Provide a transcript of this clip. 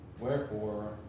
Wherefore